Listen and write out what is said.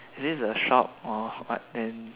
is this a shop or what then